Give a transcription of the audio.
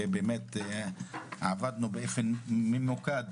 עבדנו באופן ממוקד